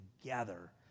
together